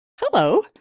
Hello